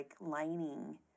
lining